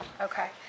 Okay